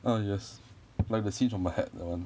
ah yes like the scenes from a hat that one